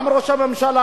גם ראש הממשלה,